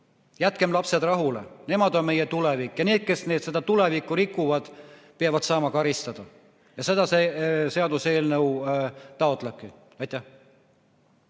Jätkem lapsed rahule! Nemad on meie tulevik. Ja need, kes nende tulevikku rikuvad, peavad saama karistada. Seda see seaduseelnõu taotlebki. Ausalt